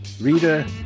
reader